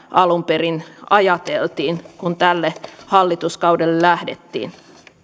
alun perin ajateltiin kun tälle hallituskaudelle lähdettiin